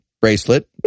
bracelet